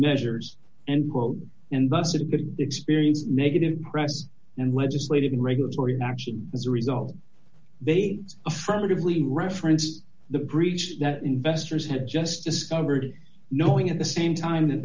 measures and quote and bust a big experience negative press and legislative and regulatory action as a result they affirmatively referenced the breach that investors had just discovered knowing at the same time